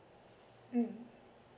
mm